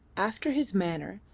after his manner,